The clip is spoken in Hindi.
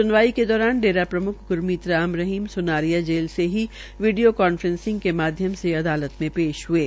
स्नवाई के दौरान डेरा प्रम्ख ग्रमीत राम रहीम स्नारिया जेल से ही वीडियो कांफ्रेसिंग के माध्यम से अदालत में पेश हये